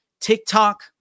TikTok